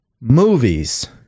movies